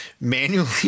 manually